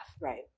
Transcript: Right